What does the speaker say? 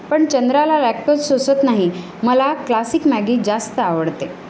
पण चंद्राला लॅक्टोज सोसत नाही मला क्लासिक मॅगी जास्त आवडते